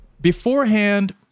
Beforehand